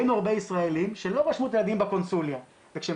ראינו הרבה ישראלים שלא רשמו את הילדים בקונסוליה וכשהם